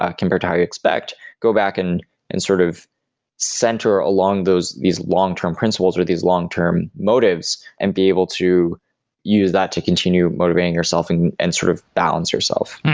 ah compared to how you expect, go back and and sort of center along these long-term principles or these long-term motives and be able to use that to continue motivating yourself and and sort of balance yourself.